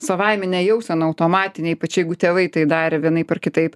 savaiminė jausena automatinė ypač jeigu tėvai tai darė vienaip ar kitaip